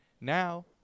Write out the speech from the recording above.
now